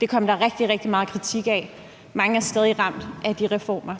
Det kom der rigtig, rigtig meget kritik af, og mange er stadig ramt af de reformer.